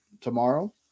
Tomorrow